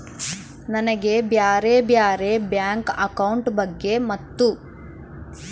ನನಗೆ ಬ್ಯಾರೆ ಬ್ಯಾರೆ ಬ್ಯಾಂಕ್ ಅಕೌಂಟ್ ಬಗ್ಗೆ ಮತ್ತು?